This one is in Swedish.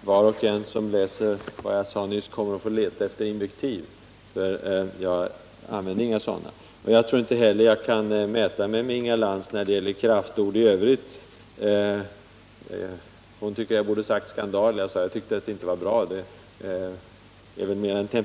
var och en som läser vad jag nyss sade kommer att få leta efter invektiv. Jag använde inga sådana. Jag tror inte heller jag kan mäta mig med Inga Lantz när det gäller kraftord i övrigt. Hon tycker jag borde ha sagt att de exempel hon nämnde är en skandal. Jag sade att jag inte tycker att de är bra.